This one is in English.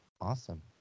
Awesome